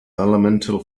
elemental